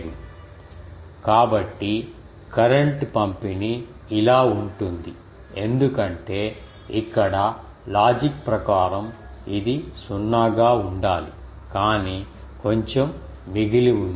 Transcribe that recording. Refer Slide Time 0717 కాబట్టి current పంపిణీ ఇలా ఉంటుంది ఎందుకంటే ఇక్కడ లాజిక్ ప్రకారం ఇది సున్నా గా ఉండాలి కానీ కొంచెం మిగిలి ఉంది